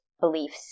beliefs